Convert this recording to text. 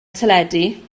teledu